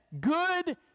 good